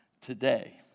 today